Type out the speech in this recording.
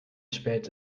spät